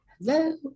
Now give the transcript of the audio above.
hello